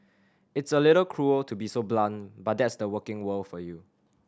it's a little cruel to be so blunt but that's the working world for you